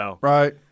Right